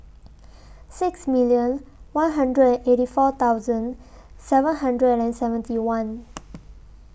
six million one hundred and eighty four thousand seven hundred and seventy one